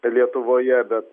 lietuvoje bet